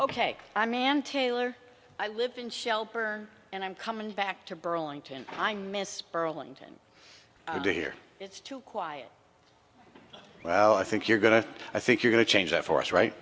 taylor i live in shelburne and i'm coming back to burlington i miss burlington oh dear it's too quiet well i think you're going to i think you're going to change that for us right